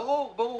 ברור.